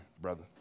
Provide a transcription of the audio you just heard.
brother